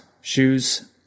shoes